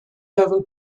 level